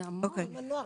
זה המון.